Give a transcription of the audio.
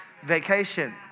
vacation